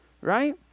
right